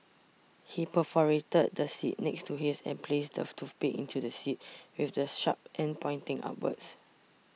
he perforated the seat next to his and placed the toothpicks into the seat with the sharp ends pointing upwards